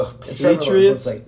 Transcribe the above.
Patriots